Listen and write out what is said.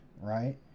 right